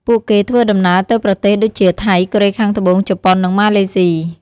ពួកគេធ្វើដំណើរទៅប្រទេសដូចជា ថៃ កូរ៉េខាងត្បូង ជប៉ុន និងម៉ាឡេស៊ី។